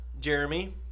Jeremy